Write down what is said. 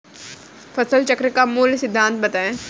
फसल चक्र का मूल सिद्धांत बताएँ?